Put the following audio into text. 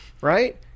right